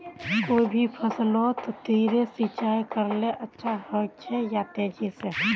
कोई भी फसलोत धीरे सिंचाई करले अच्छा होचे या तेजी से?